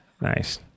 Nice